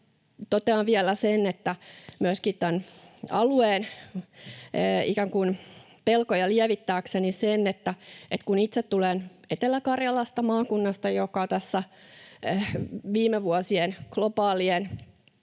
Totean vielä myöskin tämän alueen pelkoja lievittääkseni sen, että kun itse tulen Etelä-Karjalasta, maakunnasta, joka tässä viime vuosien globaalin